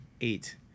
eight